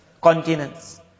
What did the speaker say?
continents